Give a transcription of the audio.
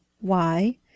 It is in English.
Why